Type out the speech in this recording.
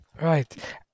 Right